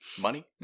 Money